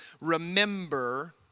Remember